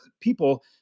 people